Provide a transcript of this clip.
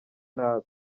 nabi